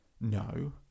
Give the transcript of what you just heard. No